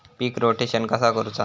पीक rotation कसा करूचा?